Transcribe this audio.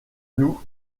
nous